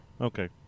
Okay